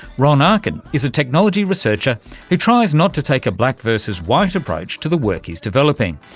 ron arkin is a technology researcher who tries not to take a black versus white approach to the work he's developing.